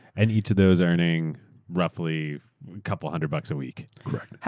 and each of those earning roughly a couple hundred bucks a week. correct.